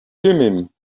thummim